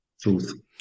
truth